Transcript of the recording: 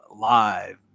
live